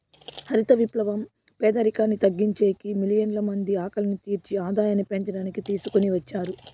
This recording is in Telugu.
హరిత విప్లవం పేదరికాన్ని తగ్గించేకి, మిలియన్ల మంది ఆకలిని తీర్చి ఆదాయాన్ని పెంచడానికి తీసుకొని వచ్చారు